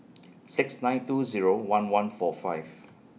six nine two Zero one one four five